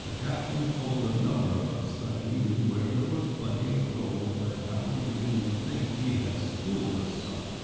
ah captain told a number of us that he knew where there was plenty of gold, but now we begin to think he has fooled us some.